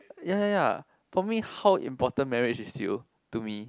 ya ya ya for me how important marriage is still to me